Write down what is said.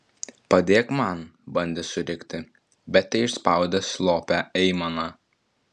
padėk man bandė surikti bet teišspaudė slopią aimaną